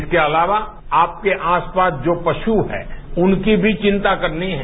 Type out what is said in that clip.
इसके अलावा आपके आसपास जो प्रष्न हैं उनकी भी विंता करनी है